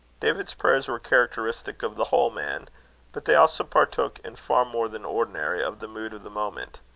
david's prayers were characteristic of the whole man but they also partook, in far more than ordinary, of the mood of the moment.